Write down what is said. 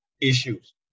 issues